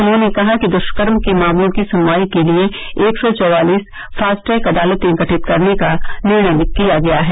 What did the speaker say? उन्हॉर्ने कहा कि दुष्कर्म के मामलों की सुनवाई के लिए एक सौ चवालीस फास्ट ट्रैक अदालतें गठित करने का निर्णय किया गया है